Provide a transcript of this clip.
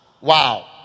Wow